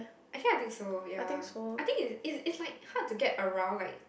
actually I think so ya I think is is is like hard to get around like